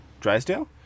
Drysdale